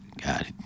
God